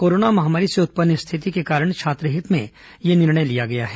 corona महामारी से उत्पन्न स्थिति के कारण छात्र हित में यह निर्णय लिया गया है